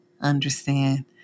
understand